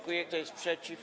Kto jest przeciw?